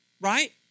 right